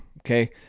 Okay